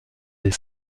des